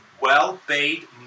well-paid